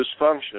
dysfunction